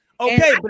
Okay